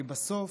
כי בסוף